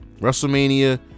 WrestleMania